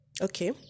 Okay